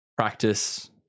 Practice